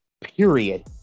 Period